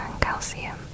calcium